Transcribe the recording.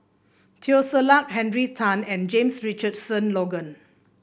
Teo Ser Luck Henry Tan and James Richardson Logan